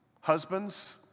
Husbands